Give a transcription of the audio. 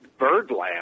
Birdland